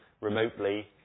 remotely